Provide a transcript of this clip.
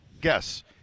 guess